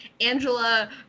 Angela